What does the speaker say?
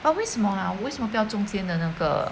啊为什么啊为什么不要中间的那个